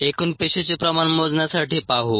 एकूण पेशीचे प्रमाण मोजण्यासाठी पाहू